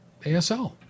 ASL